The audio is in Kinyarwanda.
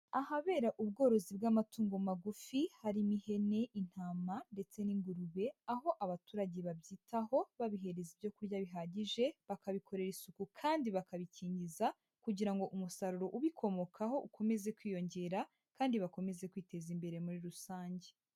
Ahabera ubworozi bw'amatungo magufi harimo ihene, intama ndetse n'ingurube aho abaturage babyitaho babihereza ibyo kurya bihagije, bakabikorera isuku kandi bakabikingiza kugira ngo umusaruro ubikomokaho ukomeze kwiyongera kandi bakomeze kwiteza imbere muri rusange.